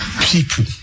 people